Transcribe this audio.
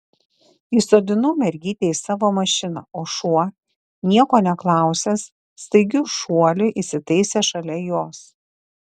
įsodinau mergytę į savo mašiną o šuo nieko neklausęs staigiu šuoliu įsitaisė šalia jos